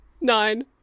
Nine